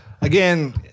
Again